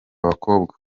bakobwa